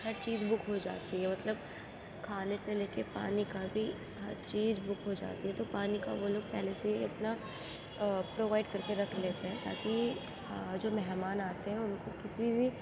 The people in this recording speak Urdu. ہر چیز بک ہو جاتی ہے مطلب کھانے سے لے کے پانی کا بھی ہر چیز بک ہو جاتی ہے تو پانی کا وہ لوگ پہلے سے ہی اپنا پرووائڈ کر کے رکھ لیتے ہیں تاکہ جو مہمان آتے ہیں ان کو کسی بھی